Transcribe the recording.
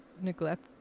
neglect